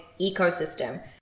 ecosystem